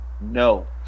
no